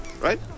right